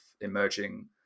emerging